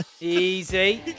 Easy